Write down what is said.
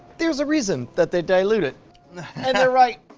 there's a reason that they dilute it and they're right.